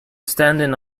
standing